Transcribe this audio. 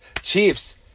Chiefs